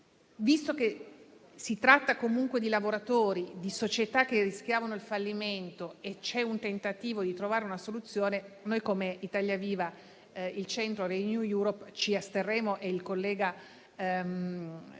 Visto che si tratta di lavoratori di società che rischiavano il fallimento e che c'è un tentativo di trovare una soluzione, noi, come Italia Viva-Il Centro-Renew Europe, ci asterremo e il collega spiegherà